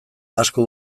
asko